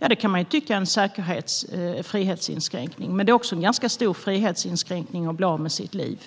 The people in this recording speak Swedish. Man kan tycka att det är en frihetsinskränkning, men det är också en ganska stor frihetsinskränkning att bli av med sitt liv.